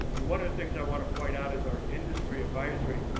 and one of the things i want to point out is our industry advisory,